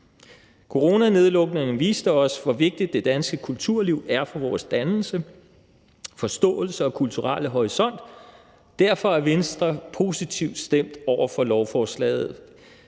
Coronanedlukningen viste os, hvor vigtigt det danske kulturliv er for vores dannelse, forståelse og kulturelle horisont. Derfor er Venstre positivt stemt over for lovforslaget.